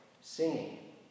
singing